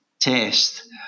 test